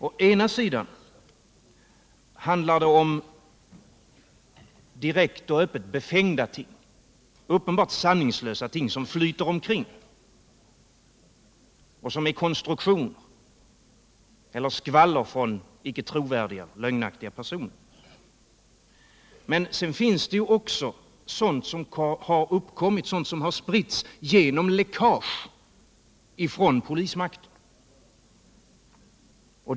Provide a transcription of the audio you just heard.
Å ena sidan rör det sig om direkt och öppet befängda ting, uppenbart sanningslösa påståenden som flyter omkring och som är konstruktioner eller skvaller från icke trovärdiga eller lögnaktiga personer. Å andra sidan finns också sådant som har spritts genom läckage inom polismakten.